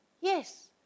Yes